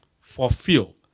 fulfill